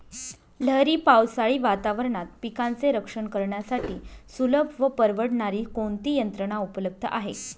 लहरी पावसाळी वातावरणात पिकांचे रक्षण करण्यासाठी सुलभ व परवडणारी कोणती यंत्रणा उपलब्ध आहे?